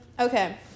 Okay